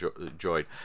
enjoyed